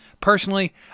Personally